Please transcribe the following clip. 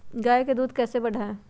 गाय का दूध कैसे बढ़ाये?